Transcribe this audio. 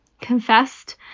confessed